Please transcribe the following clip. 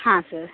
ಹಾಂ ಸರ್